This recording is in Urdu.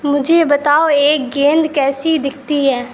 مجھے بتاؤ ایک گیند کیسی دکھتی ہے